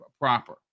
proper